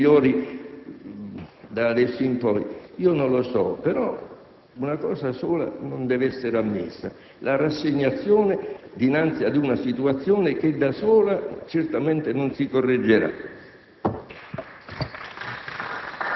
Saremo migliori da adesso in poi ? Non lo so. Una cosa sola non deve essere ammessa: la rassegnazione dinanzi ad una situazione che da sola certamente non si correggerà.